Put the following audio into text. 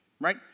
right